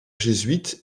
jésuite